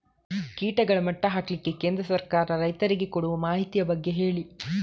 ಕೀಟಗಳ ಮಟ್ಟ ಹಾಕ್ಲಿಕ್ಕೆ ಕೇಂದ್ರ ಸರ್ಕಾರ ರೈತರಿಗೆ ಕೊಡುವ ಮಾಹಿತಿಯ ಬಗ್ಗೆ ಹೇಳಿ